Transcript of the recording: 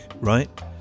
right